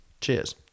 cheers